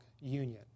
union